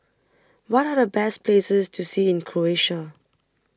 What Are The Best Places to See in Croatia